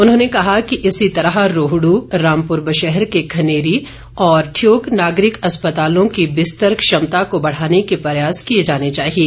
उन्होंने कहा कि इसी तरह रोहड रामपूर ब्शहर के खनेरी और ठियोग नागरिक अस्पतालों की बिस्तर क्षमता को बढ़ाने के प्रयास किए जाने चाहिएं